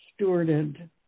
stewarded